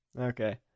Okay